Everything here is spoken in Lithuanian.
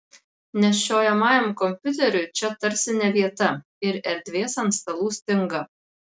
nešiojamajam kompiuteriui čia tarsi ne vieta ir erdvės ant stalų stinga